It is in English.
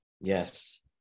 Yes